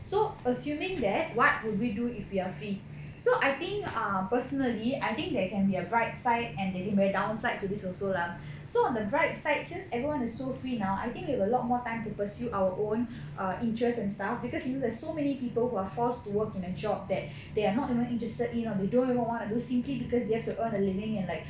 so assuming that what would we do if we are free so I think err personally I think there can be a bright side and there can be a downside to this also lah so on the bright side since everyone is so free now I think we got a lot more time to pursue our own interests and stuff because you know there's so many people who are forced to work in a job that they are not even interested in or they don't even want to do simply because they have to earn a living and like